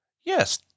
Yes